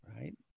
right